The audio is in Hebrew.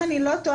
אם איני טועה,